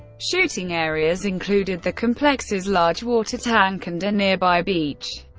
shooting areas included the complex's large water tank, and a nearby beach.